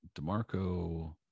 DeMarco